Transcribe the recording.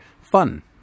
fun